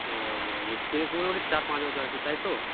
ও experience মোটামুটি চার পাঁচ বছর আছে তাই তো